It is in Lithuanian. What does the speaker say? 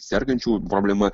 sergančiųjų problema